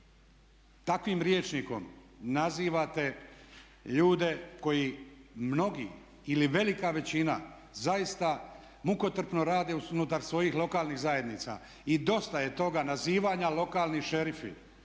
takvim rječnikom nazivate ljude koji mnogi ili velika većina zaista mukotrpno rade unutar svojih lokalnih zajednica. I dosta je toga nazivanja lokalni šerifi.